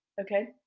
okay